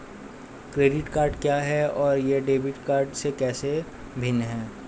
Credit card क्या है और यह डेबिट कार्ड से कैसे भिन्न है?